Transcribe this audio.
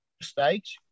mistakes